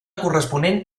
corresponent